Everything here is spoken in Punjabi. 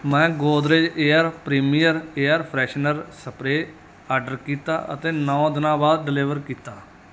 ਮੈਂ Godrej air premium air freshener spray order ਕੀਤਾ ਅਤੇ ਨੌਂ ਦਿਨਾਂ ਬਾਅਦ ਡਿਲੀਵਰ ਕੀਤਾ